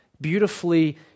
beautifully